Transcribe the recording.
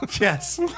Yes